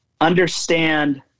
understand